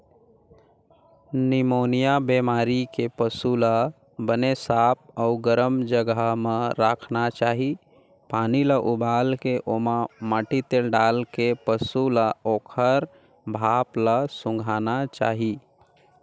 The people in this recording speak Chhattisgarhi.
निमोनिया बेमारी के पसू ल बने साफ अउ गरम जघा म राखना चाही, पानी ल उबालके ओमा माटी तेल डालके पसू ल ओखर भाप ल सूंधाना चाही